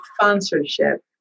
sponsorship